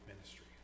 ministry